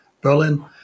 Berlin